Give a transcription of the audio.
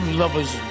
lovers